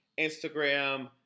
instagram